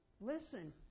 Listen